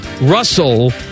Russell